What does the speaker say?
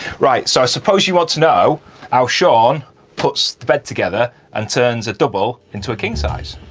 right so i suppose you want to know how shaun puts the bed together and turns a double into a king-size.